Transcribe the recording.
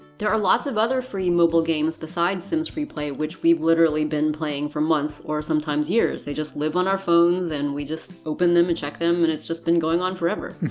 there are lots of other free mobile games besides sims freeplay which we've literally been playing for months or sometimes years. they just live on our phones and we just open them and check them, and it's just been going on forever.